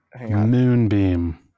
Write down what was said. Moonbeam